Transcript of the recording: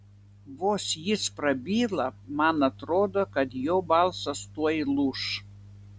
vos jis prabyla man atrodo kad jo balsas tuoj lūš